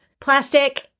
Plastic